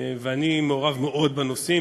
ואני מעורב מאוד בנושאים,